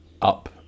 Up